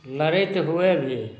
लड़ैत हुए भी